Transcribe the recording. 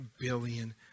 billion